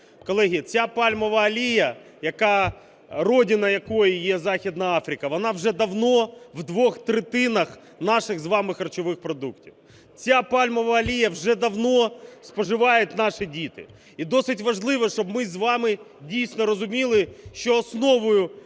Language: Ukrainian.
Колеги, ця пальмова олія, родіна якої є західна Африка, вона вже давно в двох третинах наших із вами харчових продуктів. Цю пальмову олію вже давно споживають наші діти. І досить важливо, щоб ми з вами дійсно розуміли, що основою